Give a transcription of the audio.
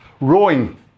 rowing